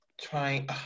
Trying